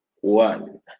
One